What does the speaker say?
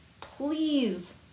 please